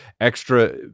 extra